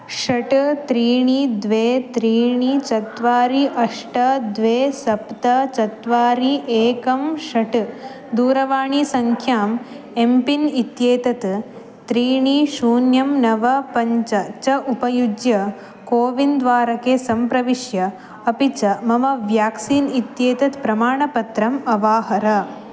षट् त्रीणि द्वे त्रीणि चत्वारि अष्ट द्वे सप्त चत्वारि एकं षट् दूरवाणीसङ्ख्याम् एम् पिन् इत्येतत् त्रीणि शून्यं नव पञ्च च उपयुज्य कोविन् द्वारके सम्प्रविश्य अपि च मम व्याक्सीन् इत्येतत् प्रमाणपत्रम् अवाहर